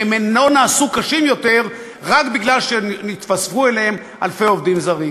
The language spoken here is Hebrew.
והם לא נעשו קשים יותר רק מפני שהתווספו אליהם אלפי עובדים זרים.